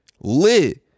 Lit